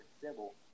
civil